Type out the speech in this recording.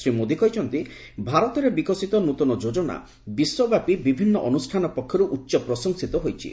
ଶ୍ରୀ ମୋଦୀ କହିଛନ୍ତି ଭାରତରେ ବିକଶିତ ନୂତନ ଯୋଜନା ବିଶ୍ୱବ୍ୟାପୀ ବିଭିନ୍ନ ଅନୁଷ୍ଠାନ ପକ୍ଷରୁ ଉଚ୍ଚପ୍ରଶଂସିତ ହୋଇଛି